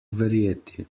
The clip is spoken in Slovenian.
verjeti